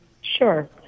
Sure